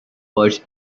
words